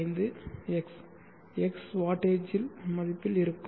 825x x வாட்டேஜில் மதிப்பீடு இருக்கும்